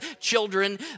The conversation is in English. children